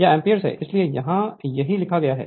यह एम्पीयर है इसलिए यहाँ यहीं लिखा गया है